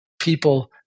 people